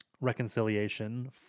reconciliation